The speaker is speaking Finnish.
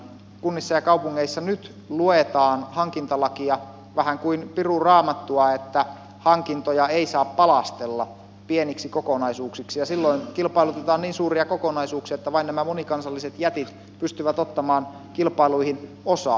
kunnissa ja kaupungeissa nyt luetaan hankintalakia vähän kuin piru raamattua että hankintoja ei saa palastella pieniksi kokonaisuuksiksi ja silloin kilpailutetaan niin suuria kokonaisuuksia että vain nämä monikansalliset jätit pystyvät ottamaan kilpailuihin osaa